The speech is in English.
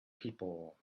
people